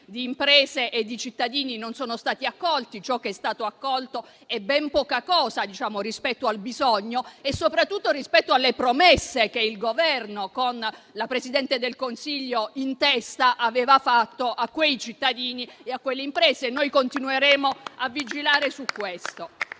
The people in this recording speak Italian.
di imprese e cittadini, non sono stati accolti. Ciò che è stato accolto è ben poca cosa rispetto al bisogno e soprattutto rispetto alle promesse che il Governo, con la Presidente del Consiglio in testa, aveva fatto a quei cittadini e a quelle imprese. Noi continueremo a vigilare su questo.